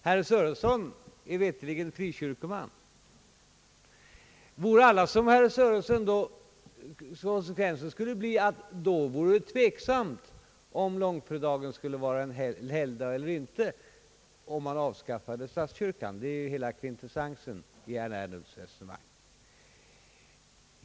Herr Sörenson är veterligen frikyrkoman, Om alla intoge samma ställning som herr Sörenson blev konsekvensen att det är tveksamt om långfredagen är helgdag eller inte — om man avskaffade statskyrkan. Det är kvintessensen i herr Ernulfs resonemang.